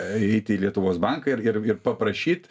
eiti į lietuvos banką ir ir ir paprašyt